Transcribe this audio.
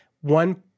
one